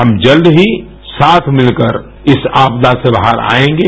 हम जल्द ही साथ मिलकर इस आपदा से बाहर आएगे